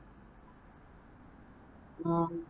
oh